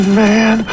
man